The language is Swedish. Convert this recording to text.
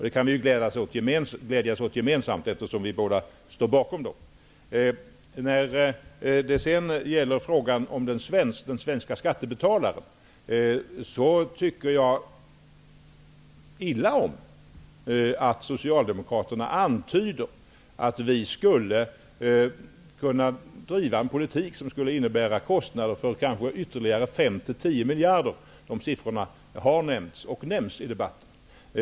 Det kan vi ju glädjas åt gemensamt, eftersom vi båda står bakom dem. När det sedan gäller frågan om den svenska skattebetalaren tycker jag illa om att socialdemokraterna antyder att vi driver en politik som kan innebära kostnader på kanske ytterligare 5--10 miljarder. De siffrorna har nämnts och nämns i debatten.